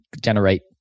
generate